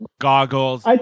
goggles